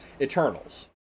Eternals